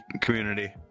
community